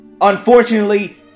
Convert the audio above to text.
Unfortunately